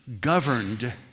governed